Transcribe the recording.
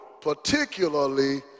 particularly